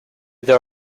there